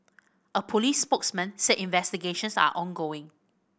a police spokesman said investigations are ongoing